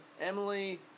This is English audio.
Emily